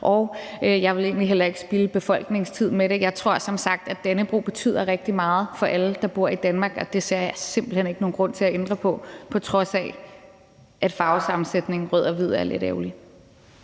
og jeg vil egentlig heller ikke spilde befolkningens tid med det. Jeg tror som sagt, at Dannebrog betyder rigtig meget for alle, der bor i Danmark, og det ser jeg simpelt hen ikke nogen grund til at ændre på – på trods af at farvesammensætningen rød og hvid er lidt ærgerlig.